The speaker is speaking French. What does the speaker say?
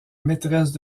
maîtresse